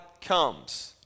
comes